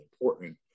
important